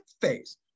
phase